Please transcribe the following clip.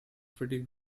pretty